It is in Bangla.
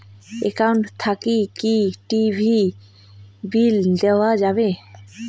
একাউন্ট থাকি কি টি.ভি বিল দেওয়া যাবে?